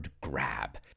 grab